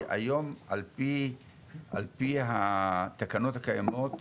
היום על פי התקנות הקיימות,